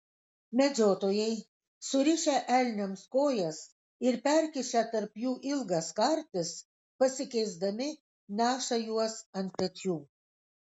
medžiotojai surišę elniams kojas ir perkišę tarp jų ilgas kartis pasikeisdami neša juos ant pečių